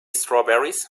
strawberries